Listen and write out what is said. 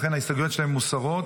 לכן ההסתייגויות שלה מוסרות.